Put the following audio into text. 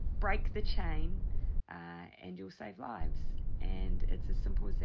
break the chain and you'll save lives and it's as simple as that.